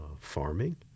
farming